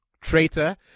traitor